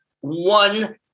one